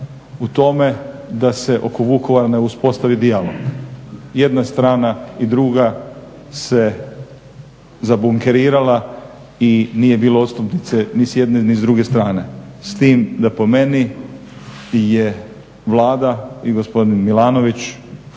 u tome da se oko Vukovara ne uspostavi dijalog. Jedna strana i druga se zabunkerirala i nije bilo odstupnice ni s jedne ni s druge strane. S tim da po meni je Vlada i gospodin Milanović